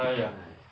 !aiya!